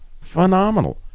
phenomenal